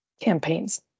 campaigns